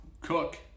Cook